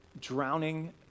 drowning